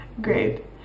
Great